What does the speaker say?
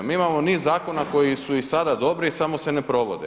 Mi imamo niz zakona koji su i sada dobri samo se ne provode.